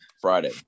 Friday